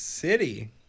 City